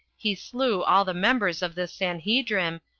he slew all the members of this sanhedrim,